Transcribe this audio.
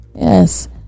Yes